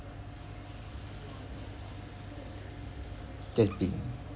just be